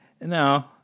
No